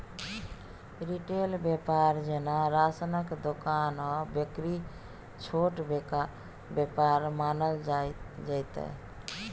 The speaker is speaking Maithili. रिटेल बेपार जेना राशनक दोकान आ बेकरी छोट बेपार मानल जेतै